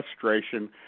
frustration